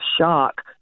shock